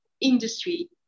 industry